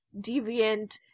deviant